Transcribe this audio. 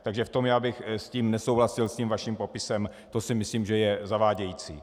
Takže v tom já bych s tím nesouhlasil, s tím vaším popisem, to si myslím, že je zavádějící.